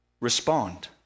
respond